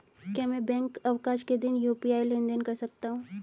क्या मैं बैंक अवकाश के दिन यू.पी.आई लेनदेन कर सकता हूँ?